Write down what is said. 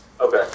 Okay